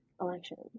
elections